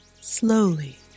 Slowly